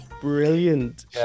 Brilliant